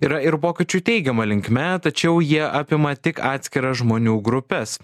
yra ir pokyčių teigiama linkme tačiau jie apima tik atskiras žmonių grupes